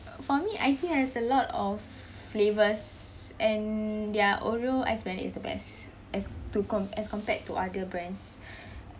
for me iTea has a lot of flavors and their oreo ice blended is the best as to com~ as compared to other brands